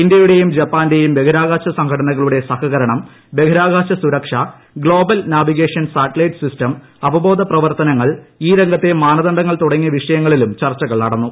ഇന്ത്യയുടെയും ജപ്പാന്റെയും ബഹിരാകാശ സംഘടനകളുടെ സഹകരണം ബഹിരാകാശ സുരക്ഷ ഗ്ലോബൽ നാവിഗേഷൻ സാറ്റലൈറ്റ് സിസ്റ്റം അവബോധ പ്രവർത്തനങ്ങൾ ഈ രംഗത്തെ മാനദണ്ഡങ്ങൾ തുടങ്ങിയ വിഷയങ്ങളിലും ചർച്ചുകൾ നടന്നു